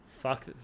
Fuck